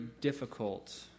difficult